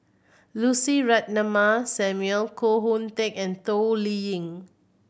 Lucy Ratnammah Samuel Koh Hoon Teck and Toh Liying